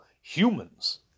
humans